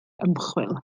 ymchwil